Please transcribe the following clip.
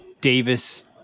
davis